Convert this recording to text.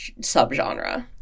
subgenre